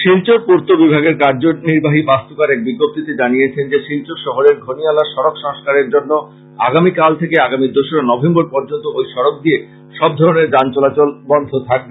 শিলচর পূর্ত বিভাগের কার্যনির্বাহী বাস্তুকার এক বিজ্ঞপ্তিতে জানিয়েছেন যে শিলচর শহরের ঘনিয়ালার সড়ক সংস্কারের জন্য আগামীকাল থেকে আগামী দোসরা নভেম্বর পর্যন্ত ওই সড়ক দিয়ে সবধরণের যান চলাচল বন্ধ থাকবে